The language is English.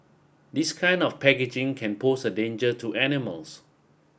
this kind of packaging can pose a danger to animals